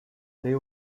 they